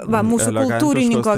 va mūsų kultūrininko